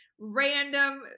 random